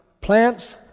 plants